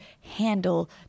handle